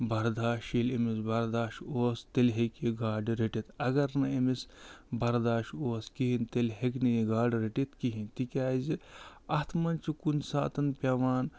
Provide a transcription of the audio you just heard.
برداشت ییٚلہِ أمِس برداش اوس تیٚلہِ ہیٚکہِ یہِ گاڈٕ رٔٹِتھ اگر نہٕ أمِس برداشت اوس کِہیٖنۍ تیٚلہِ ہیٚکہِ نہٕ یہِ گاڈٕ رٔٹِتھ کِہیٖنۍ تِکیٛازِ اَتھ منٛز چھُ کُنہِ ساتہٕ پٮ۪وان